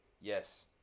yes